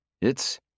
It's-